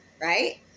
right